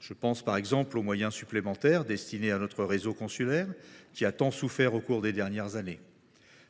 Je pense par exemple aux moyens supplémentaires destinés à notre réseau consulaire, qui a tant souffert au cours des dernières années.